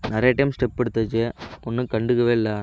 நிறைய time step எடுத்தாச்சு ஒன்றும் கண்டுக்கவே இல்லை